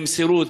במסירות,